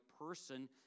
person